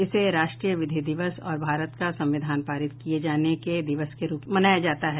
इसे राष्ट्रीय विधि दिवस और भारत का संविधान पारित किए जाने के दिवस के रूप में भी जाना जाता है